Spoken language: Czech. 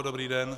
Dobrý den.